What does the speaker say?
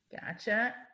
Gotcha